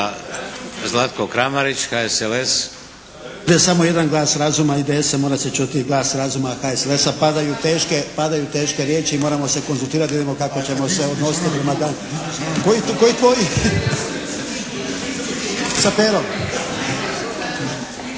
Zlatko Kramarić HSLS.